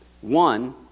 One